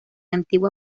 antigua